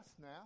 now